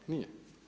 Nije.